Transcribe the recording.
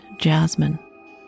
Jasmine